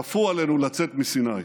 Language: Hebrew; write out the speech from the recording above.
כפו עלינו לצאת מסיני.